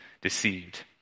deceived